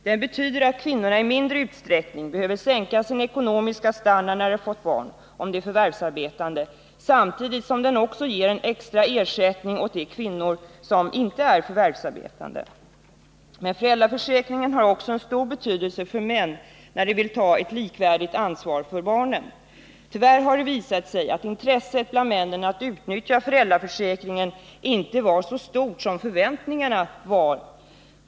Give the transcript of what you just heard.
Den betyder att kvinnor i mindre utsträckning behöver sänka sin ekonomiska standard när de fått barn, om de är förvärvsarbetande, samtidigt som den också ger en extra ersättning åt kvinnor som inte är förvärvsarbetande. Men föräldraförsäkringen har också en stor betydelse för män när de vill ta ett likvärdigt ansvar för barnen. Tyvärr har det visat sig att intresset bland männen att utnyttja föräldraförsäkringen inte varit så stort som förväntningarna var.